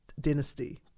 Dynasty